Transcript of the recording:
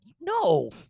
No